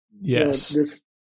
Yes